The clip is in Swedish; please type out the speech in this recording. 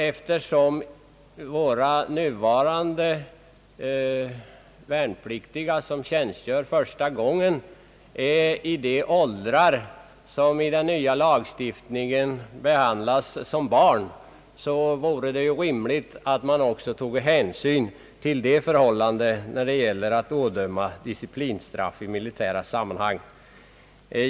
Eftersom de som nu gör sin första värnplikt är i de åldrar, att de enligt den nuvarande civillagstiftningen skulle behandlas som barn, vore det rimligt att också ta hänsyn till det förhållandet när det gäller att ådöma disciplinstraff i militära sammanhang.